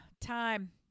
time